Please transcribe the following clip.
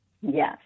Yes